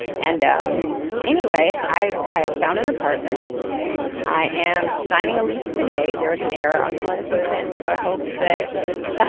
and um anyway i have ah found an apartment. yeah i am signing a lease today. there was an error on the one that they sent. so i hope that this.